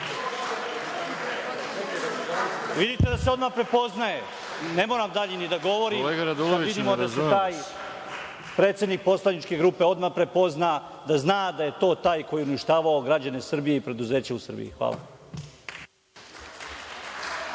Vidite da se odmah prepoznaje. Ne moram dalje ni da govorim, kad vidimo da se taj predsednik poslaničke grupe odmah prepozna, da zna da je to taj koji je uništavao građane Srbije i preduzeća u Srbiji. Hvala.